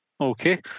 okay